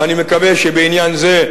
ואני מקווה שבעניין הזה,